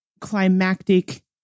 climactic